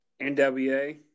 NWA